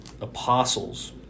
apostles